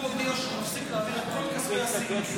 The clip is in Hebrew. הוא הודיע שהוא מפסיק להעביר את כל כספי הסיוע.